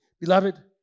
Beloved